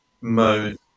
mode